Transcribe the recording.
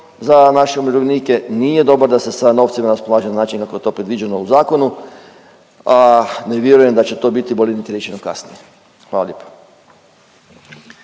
za naše umirovljenike, nije dobar da se sa novcima raspolaže na način kako je to predviđeno u zakonu, a ne vjerujem da će to biti bolje … kasnije. Hvala lijepo.